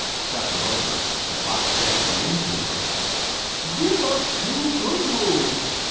supper over, the fox said to the innkeeper give us two good rooms,